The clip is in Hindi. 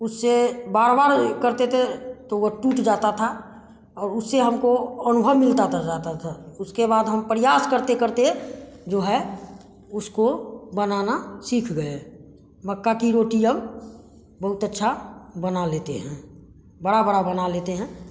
उसे बार बार करते थे तो वो टूट जाता था और उससे हमको अनुभव मिलता जाता था ज़्यादातर उसके बाद हम प्रयास करते करते जो है उसको बनाना सीख गए मक्का की रोटी अब बहुत अच्छा बना लेते हैं बड़ा बड़ा बना लेते हैं